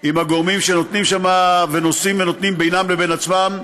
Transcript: עם הגורמים שנושאים ונותנים בינם לבין עצמם,